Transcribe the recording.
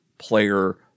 player